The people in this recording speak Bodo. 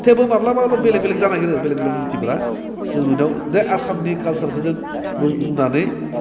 थेवबो माब्लाबा हले बेलेग बेलेग जानो नागेरो बेलेग बेलेग मुरथिफोरा जोंनि दाव दे आसामनि काल्सारखौ जों बुंनानै